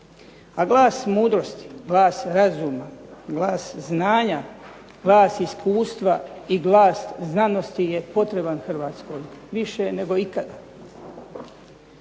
A glas mudrosti, glas razuma, glas znanja, glas iskustva i glas znanosti je potreban Hrvatskoj više nego ikada.